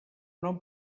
nom